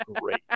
great